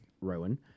Rowan